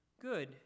Good